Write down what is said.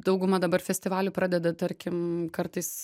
dauguma dabar festivalių pradeda tarkim kartais